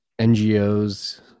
NGOs